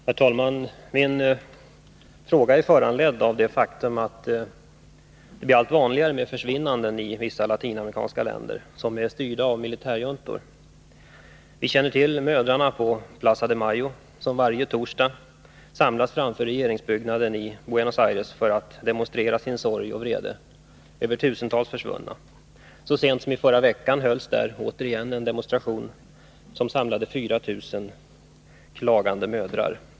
Herr talman! Min fråga är föranledd av det faktum att det blir allt vanligare med ”försvinnanden” i vissa latinamerikanska länder som är styrda av militärjuntor. Vi känner till mödrarna på Plaza de Mayo, som varje torsdag samlas framför regeringsbyggnaden i Buenos Aires för att demonstrera sin sorg och vrede över att tusentals försvunnit. Så sent som i förra veckan hölls där återigen en demonstration, som samlade 4 000 klagande mödrar.